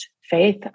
faith